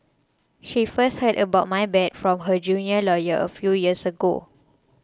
she first heard about my bad from her junior lawyer a few years ago